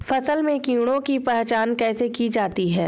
फसल में कीड़ों की पहचान कैसे की जाती है?